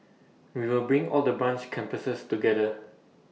we will bring all the branches campuses together